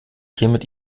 hiermit